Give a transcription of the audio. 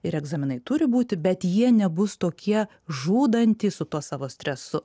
ir egzaminai turi būti bet jie nebus tokie žudantys su tuo savo stresu